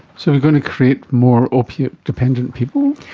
so we're going to create more opiate dependent people?